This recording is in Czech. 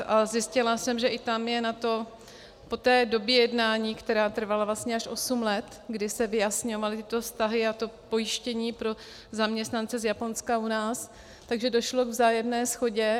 A zjistila jsem, že i tam je na to po té době jednání, která trvala vlastně až osm let, kdy se vyjasňovaly tyto vztahy a to pojištění pro zaměstnance z Japonska u nás, takže došlo k vzájemné shodě.